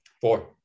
Four